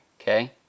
Okay